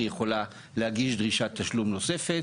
היא יכולה להגיש דרישת תשלום נוספת,